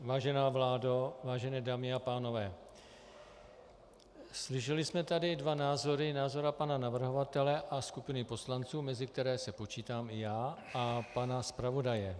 Vážená vládo, vážené dámy a pánové, slyšeli jsme tady dva názory názor pana navrhovatele a skupiny poslanců, mezi které se počítám i já, a pana zpravodaje.